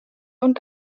und